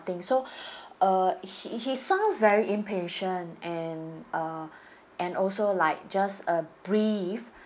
thing so uh he he sounds very impatient and uh and also like just a brief